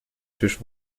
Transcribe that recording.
tisch